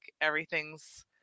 everything's